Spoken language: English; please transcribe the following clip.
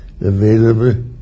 available